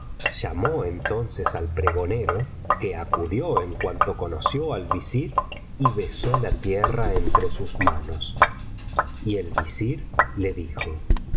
llamó entonces al pregonero que acudió en cuanto conoció al visir y besó la tierra entre sus manos y el visir le dijo